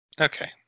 Okay